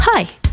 Hi